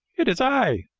it is i.